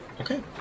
Okay